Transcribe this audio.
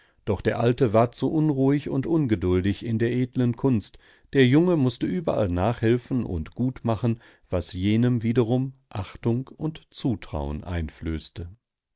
doch der alte war zu unruhig und ungeduldig in der edlen kunst der junge mußte überall nachhelfen und gut machen was jenem wiederum achtung und zutrauen einflößte